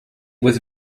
was